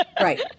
Right